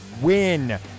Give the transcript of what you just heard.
win